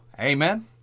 Amen